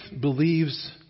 believes